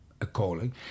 a-calling